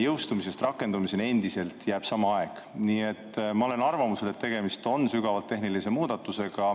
jõustumisest rakendamiseni endiselt jääb sama aeg. Nii et ma olen arvamusel, et tegemist on sügavalt tehnilise muudatusega.